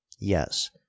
yes